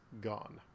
Gone